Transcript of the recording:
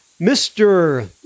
mr